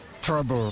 Trouble